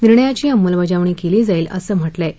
निर्णयाची अंमलबजावणी केली जाईल असं म्हटलयं